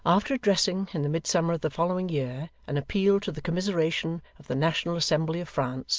after addressing, in the midsummer of the following year, an appeal to the commiseration of the national assembly of france,